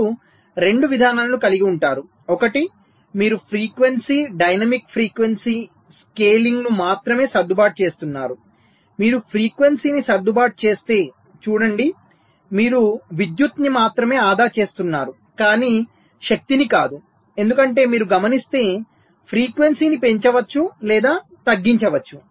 మీరు రెండు విధానాలను కలిగి ఉంటారు ఒకటి మీరు ఫ్రీక్వెన్సీ డైనమిక్ ఫ్రీక్వెన్సీ స్కేలింగ్ను మాత్రమే సర్దుబాటు చేస్తున్నారు మీరు ఫ్రీక్వెన్సీని సర్దుబాటు చేస్తే చూడండి మీరు విద్యుత్ని మాత్రమే ఆదా చేస్తున్నారు కానీ శక్తిని కాదు ఎందుకంటే మీరు గమనిస్తే ఫ్రీక్వెన్సీని పెంచవచ్చు లేదా తగ్గించవచ్చు